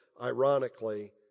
ironically